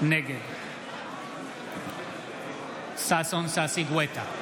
נגד ששון ששי גואטה,